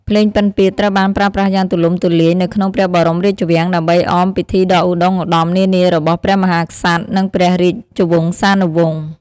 ភ្លេងពិណពាទ្យត្រូវបានប្រើប្រាស់យ៉ាងទូលំទូលាយនៅក្នុងព្រះបរមរាជវាំង ដើម្បីអមពិធីដ៏ឧត្ដុង្គឧត្ដមនានារបស់ព្រះមហាក្សត្រ និងព្រះរាជវង្សានុវង្ស។